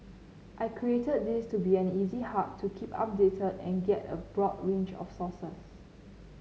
I created this to be an easy hub to keep updated and get a broad range of sources